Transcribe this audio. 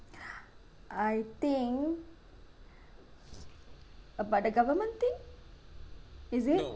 I think uh but the government thing is it